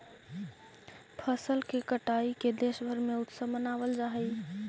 फसल के कटाई के देशभर में उत्सव मनावल जा हइ